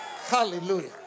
Hallelujah